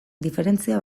diferentzia